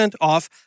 off